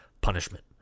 punishment